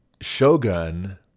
Shogun